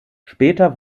später